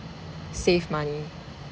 save money